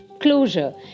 closure